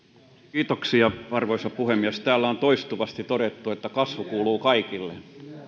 kiitoksia arvoisa puhemies täällä on toistuvasti todettu että kasvu kuuluu kaikille